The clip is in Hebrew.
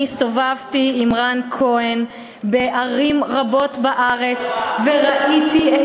אני הסתובבתי עם רן כהן בערים רבות בארץ וראיתי את